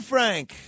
Frank